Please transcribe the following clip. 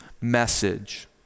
message